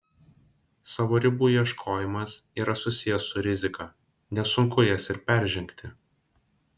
savo ribų ieškojimas yra susijęs su rizika nesunku jas ir peržengti